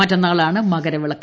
മറ്റന്നാളാണ് മകരവിളക്ക്